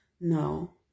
no